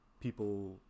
people